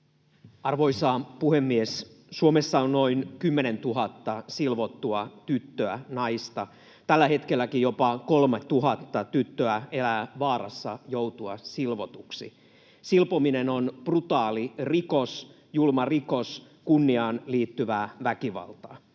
Arvoisa puhemies! Suomessa on noin 10 000 silvottua tyttöä, naista. Tälläkin hetkellä jopa 3 000 tyttöä elää vaarassa joutua silvotuksi. Silpominen on brutaali rikos, julma rikos, kunniaan liittyvää väkivaltaa,